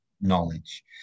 knowledge